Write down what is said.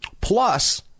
plus